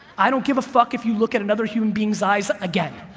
i don't give a fuck if you look at another human being's eyes again.